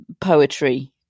poetry